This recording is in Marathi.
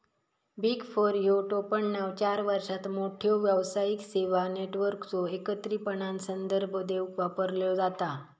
बिग फोर ह्यो टोपणनाव चार सर्वात मोठ्यो व्यावसायिक सेवा नेटवर्कचो एकत्रितपणान संदर्भ देवूक वापरलो जाता